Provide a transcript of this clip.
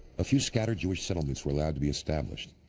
a few scattered jewish settlements were allowed to be established,